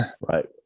right